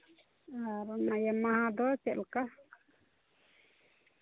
ᱚᱱᱟᱜᱮ ᱢᱟ ᱫᱚ ᱪᱮᱫ ᱞᱮᱠᱟ